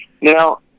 Now